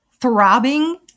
throbbing